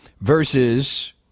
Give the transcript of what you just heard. versus